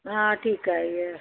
हा ठीकु आहे इहा